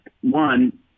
one